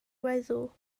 weddw